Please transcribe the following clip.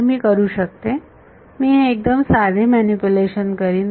तर मी करू शकते मी हे एकदम साधे मॅनिप्युलेशन करेन